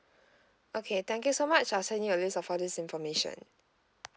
okay thank you so much I'll send you a list of all this information